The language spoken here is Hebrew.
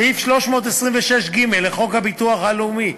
סעיף 326(ג) לחוק הביטוח הלאומי,